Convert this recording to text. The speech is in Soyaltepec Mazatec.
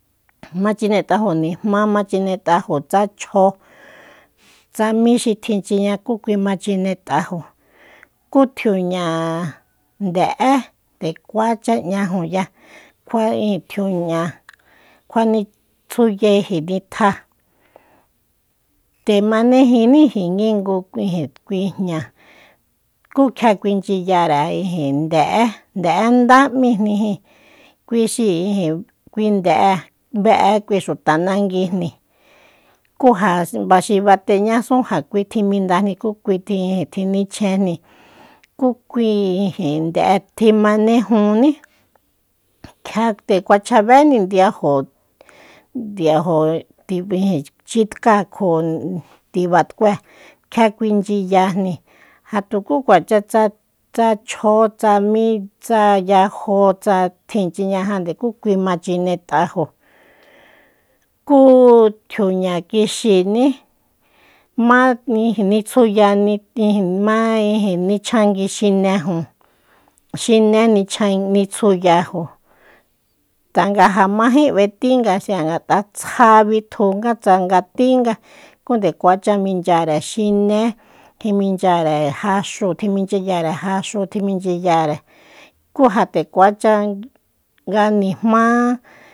Ma chinet'ajo nijmá ma chinet'ajo tsa chjo tsa míxi tjíinchiña kú kui ma chinet'ajo ku tjiuña nde'é nde kuacha ñ'ajoya kjua'e tjiuña kjuanitsjuyeje nitja nde manejíníji ki ngu kui jña ku kjia kuinchyiyare ijin nde'e nde'endá m'íjnijín kui xi ijin kui nde'e be'e xuta naguijni kú ja xi bateñasún ja kui tjimindajni ku kui tjinichjenjni ku kui ijin nde'e tjimanejuní kjia nde kuachjabéni ndiajo- ndiajo chitka kjo tiba tkue kjia kuinchyiyanjni ja tukú kuacha tsa chjo tsa mí tsa yajo tsa tjinchiñajande ku kui ma chinet'ajo kuu tjiuña kixiní ma ni- nitsjuya ma ijin nichjangui xineju xine nichjan nitsuyajo tanga ja majé b'etínga xi'a ngata'a tsja bitjunga tsanga tínga ku nde kuacha minchyare xiné tjiminchyare jaxu tjiminchyayare jaxu tjimichyiyare ku ja tekuacha nga nijmá